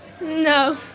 No